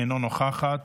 אינה נוכחת,